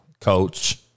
Coach